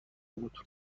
بود